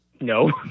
no